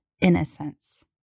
innocence